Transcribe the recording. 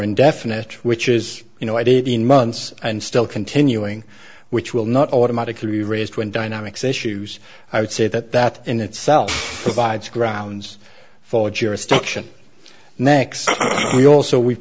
indefinite which is you know id been months and still continuing which will not automatically be raised when dynamics issues i would say that that in itself provides grounds for jurisdiction next you also we